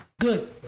good